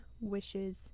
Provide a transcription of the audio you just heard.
wishes